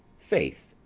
faith,